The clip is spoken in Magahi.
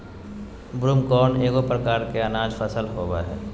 ब्रूमकॉर्न एगो प्रकार के अनाज फसल होबो हइ